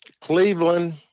Cleveland